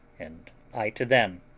and i to them.